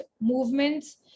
movements